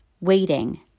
waiting